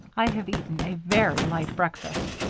i have eaten a very light breakfast,